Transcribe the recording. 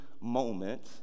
moment